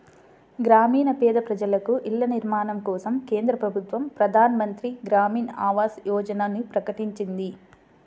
గ్రామీణ పేద ప్రజలకు ఇళ్ల నిర్మాణం కోసం కేంద్ర ప్రభుత్వం ప్రధాన్ మంత్రి గ్రామీన్ ఆవాస్ యోజనని ప్రకటించింది